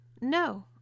No